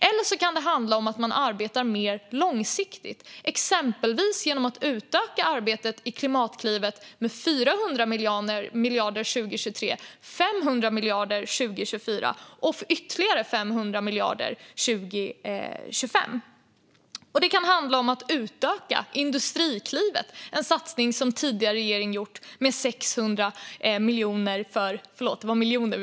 Ett annat sätt är att arbeta mer långsiktigt, exempelvis genom att utöka arbetet i Klimatklivet med 400 miljoner 2023, med 500 miljoner 2024 och med ytterligare 500 miljoner 2025. Det kan också handla om att utöka Industriklivet, en satsning som tidigare regering gjort, med 600 miljoner.